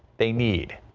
they need.